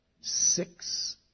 Six